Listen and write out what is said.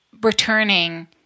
returning